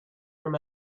from